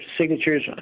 signatures